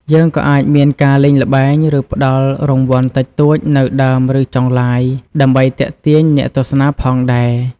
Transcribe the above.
យើងក៏អាចមានការលេងល្បែង ឬផ្តល់រង្វាន់តិចតួចនៅដើម ឫ ចុងLive ដើម្បីទាក់ទាញអ្នកទស្សនាផងដែរ។